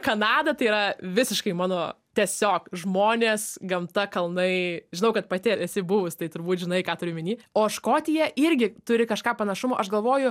kanada tai yra visiškai mano tiesiog žmonės gamta kalnai žinau kad pati esi buvus tai turbūt žinai ką turiu omeny o škotija irgi turi kažką panašumo aš galvoju